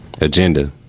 agenda